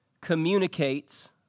communicates